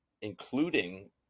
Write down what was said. including